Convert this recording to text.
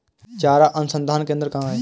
चारा अनुसंधान केंद्र कहाँ है?